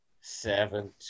Seven